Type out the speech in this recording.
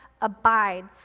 abides